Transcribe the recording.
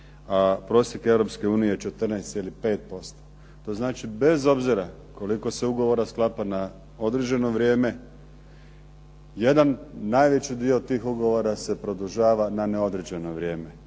Europske unije je 14,5%. To znači, bez obzira koliko se ugovora sklapa na određeno vrijeme jedan najveći dio tih ugovora se produžava na neodređeno vrijeme.